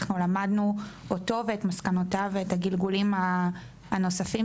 אנחנו למדנו אותו ואת מסקנותיו ואת הגלגולים הנוספים